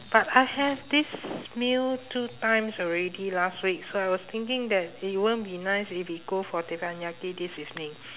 but I have this meal two times already last week so I was thinking that it won't be nice if we go for teppanyaki this evening